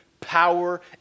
power